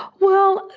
well,